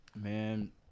Man